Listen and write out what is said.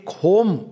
home